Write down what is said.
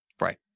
Right